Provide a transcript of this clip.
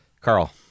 Carl